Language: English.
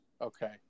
Okay